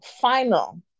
final